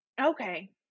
Okay